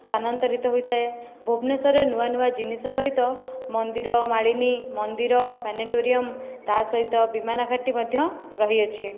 ସ୍ଥାନାନ୍ତରିତ ହୋଇଥାଏ ଭୁବନେଶ୍ୱରରେ ନୂଆ ନୂଆ ଜିନିଷ ସହିତ ମନ୍ଦିର ମାଳିନୀ ମନ୍ଦିର ପ୍ଲାନେଟୋରିୟମ ତା ସହିତ ବିମାନାଘାଟି ମଧ୍ୟ ରହିଅଛି